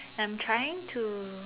I'm trying to